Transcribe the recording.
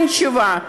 אין תשובה".